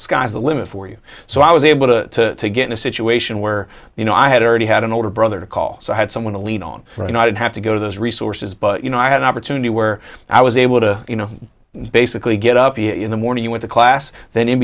sky's the limit for you so i was able to get in a situation where you know i had already had an older brother to call so i had someone to lean on or not and have to go to those resources but you know i had an opportunity where i was able to you know basically get up in the morning with the class then in